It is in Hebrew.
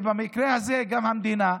ובמקרה זה גם המדינה,